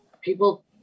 people